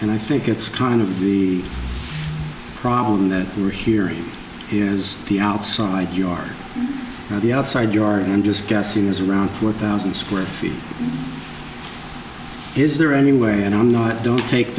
and i think it's kind of the problem that we're hearing here is the outside you are on the outside you are i'm just guessing is around four thousand square feet is there any way and i'm not don't take